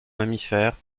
mammifères